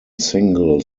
single